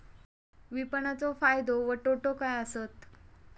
विपणाचो फायदो व तोटो काय आसत?